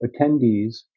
attendees